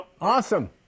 Awesome